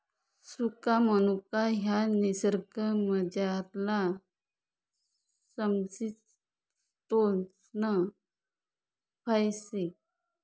सुका मनुका ह्या निसर्गमझारलं समशितोष्ण फय शे